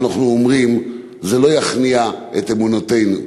אנחנו אומרים: זה לא יכניע את אמונותינו,